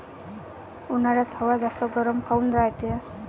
उन्हाळ्यात हवा जास्त गरम काऊन रायते?